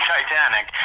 Titanic